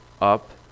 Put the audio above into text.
up